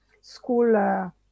school